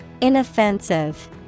Inoffensive